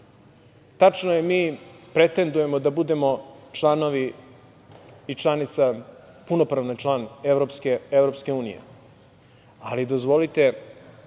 Tačno je, mi pretendujemo da budemo članovi i članica , punopravni član EU.Ali, dozvolite,